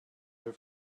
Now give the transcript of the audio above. her